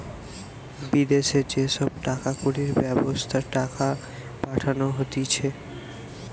বিদেশি যে সব টাকা কড়ির ব্যবস্থা টাকা পাঠানো হতিছে